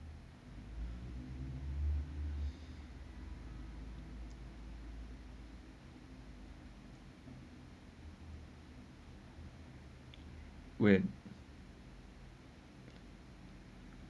when